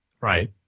Right